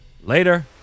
later